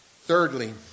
Thirdly